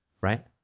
right